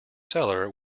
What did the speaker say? seller